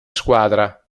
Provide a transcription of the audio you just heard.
squadra